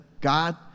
God